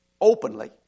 openly